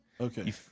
okay